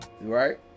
Right